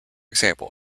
example